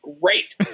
great